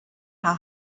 how